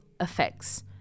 effects